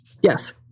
yes